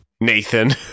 Nathan